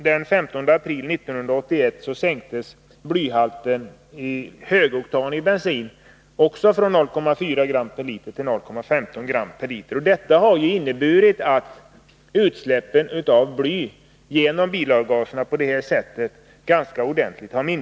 Den 15 april 1980 sänktes blyhalten i högoktanig bensin från 0,4 till 0,15 g/l. Detta har inneburit att utsläppen av bly genom bilavgaser har minskat ganska ordentligt.